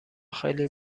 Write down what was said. خیلی